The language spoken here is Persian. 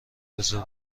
بذار